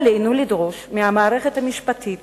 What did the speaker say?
עלינו לדרוש מהמערכת המשפטית